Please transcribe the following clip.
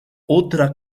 otra